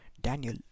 Daniel